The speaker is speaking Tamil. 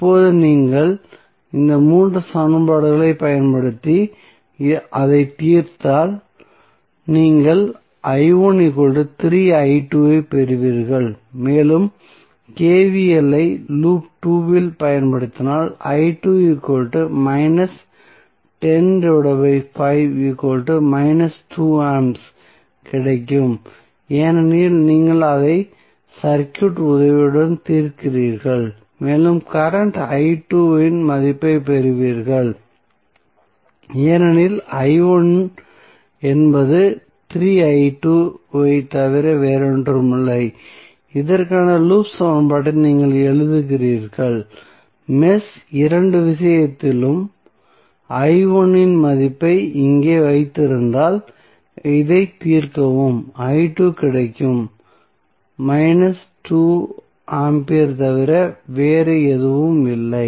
இப்போது நீங்கள் இந்த மூன்று சமன்பாடுகளையும் பயன்படுத்தி அதைத் தீர்த்தால் நீங்கள் ஐப் பெறுவீர்கள் மேலும் KVL ஐ லூப் 2 இல் பயன்படுத்தினால் A கிடைக்கும் ஏனெனில் நீங்கள் அதை சர்க்யூட் உதவியுடன் தீர்க்கிறீர்கள் மேலும் கரண்ட் இன் மதிப்பைப் பெறுவீர்கள் ஏனெனில் என்பது ஐத் தவிர வேறொன்றுமில்லை இதற்கான லூப் சமன்பாட்டை நீங்கள் எழுதுகிறீர்கள் மெஷ் இரண்டு விஷயத்தில் இன் மதிப்பை இங்கே வைத்திருந்தால் இதைத் தீர்க்கவும் கிடைக்கும் ஆம்பியர் தவிர வேறு எதுவும் இல்லை